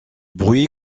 bruit